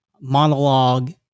monologue